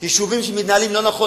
יישובים מתנהלים לא נכון,